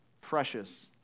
precious